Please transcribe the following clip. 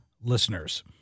listeners